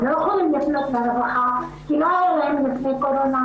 הם לא יכולים לפנות לרווחה כי לפני הקורונה